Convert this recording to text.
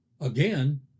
again